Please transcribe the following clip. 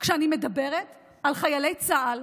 כשאני מדברת על חיילי צה"ל,